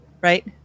Right